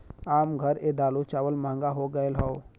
आम घर ए दालो चावल महंगा हो गएल हौ